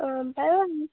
অঁ বাৰু